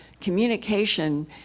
communication